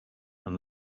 and